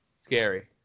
scary